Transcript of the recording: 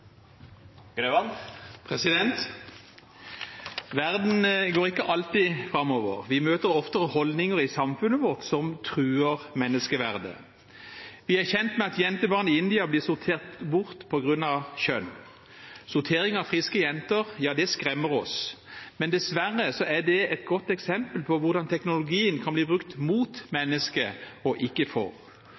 Verden går ikke alltid framover. Vi møter ofte holdninger i samfunnet vårt som truer menneskeverdet. Vi er kjent med at jentebarn i India blir sortert bort på grunn av kjønn. Sortering av friske jenter skremmer oss, men dessverre er det et godt eksempel på hvordan teknologien kan bli brukt mot mennesket og ikke for.